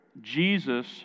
Jesus